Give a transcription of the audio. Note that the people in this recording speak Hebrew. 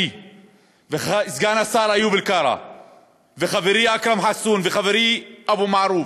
אני וסגן השר איוב קרא וחברי אכרם חסון וחברי אבו מערוף,